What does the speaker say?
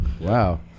wow